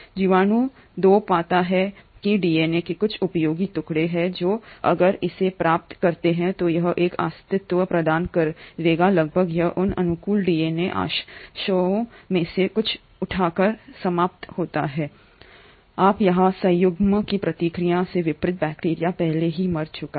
जीवाणु 2 पाता है कि डीएनए के कुछ उपयोगी टुकड़े हैं जो अगर इसे प्राप्त करते हैं तो यह एक अस्तित्व प्रदान करेगा लाभ यह उन अनुकूल डीएनए अंशों में से कुछ उठाकर समाप्त होता हैआप यहाँ यह संयुग्मन की प्रक्रिया के विपरीत बैक्टीरिया पहले ही मर चुके हैं